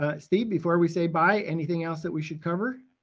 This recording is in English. ah steve, before we say bye, anything else that we should cover?